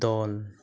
ᱫᱚᱞ